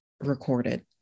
recorded